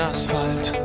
Asphalt